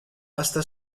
hasta